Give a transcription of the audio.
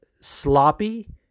sloppy